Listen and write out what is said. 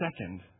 Second